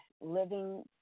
living